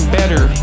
better